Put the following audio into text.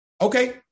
okay